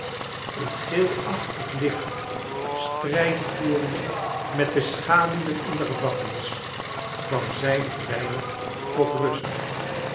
doeeit achtig licht strijd voerde met de schaduwen in de gevangenis kwam zij een weinig tot rust